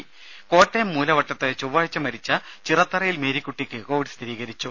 രെ കോട്ടയം മൂലവട്ടത്ത് ചൊവ്വാഴ്ച മരിച്ച ചിറത്തറയിൽ മേരിക്കുട്ടിക്ക് കോവിഡ് സ്ഥിരീകരിച്ചു